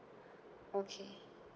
okay